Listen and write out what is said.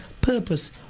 purpose